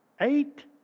Eight